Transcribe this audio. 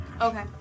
Okay